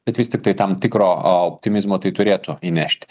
bet vis tiktai tam tikro optimizmo tai turėtų įnešti